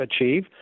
achieve